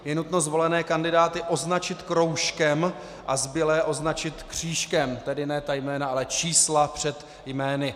Je nutno zvolené kandidáty označit kroužkem a zbylé označit křížkem, tedy ne ta jména, ale čísla před jmény.